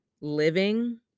living